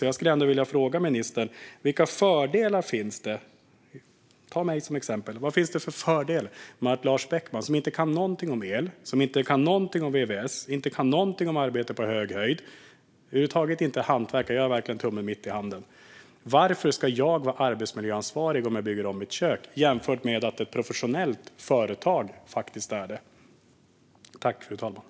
Jag skulle därför vilja fråga ministern vilka fördelar det finns med att till exempel Lars Beckman, som inte kan något om el, vvs eller arbete på hög höjd - jag kan inget om hantverk; jag har verkligen tummen mitt i handen - ska vara arbetsmiljöansvarig om jag bygger om mitt kök, jämfört med om ett professionellt företag ska vara ansvarigt.